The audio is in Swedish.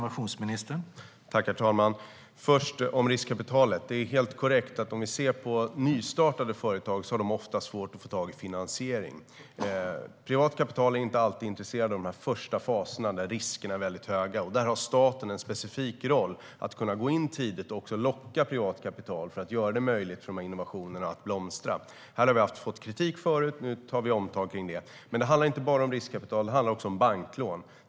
Herr talman! När det gäller riskkapital är det helt korrekt att nystartade företag ofta har svårt att få tag i finansiering. Man är inte alltid intresserad av att ge privat kapital i de första faserna när riskerna är mycket stora. Där har staten en specifik roll att kunna gå in tidigt och locka privat kapital för att göra det möjligt för dessa innovationer att blomstra. Här har vi fått kritik tidigare. Nu tar vi ett omtag kring det. Men det handlar inte bara om riskkapital, utan det handlar också om banklån.